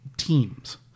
Teams